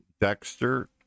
Dexter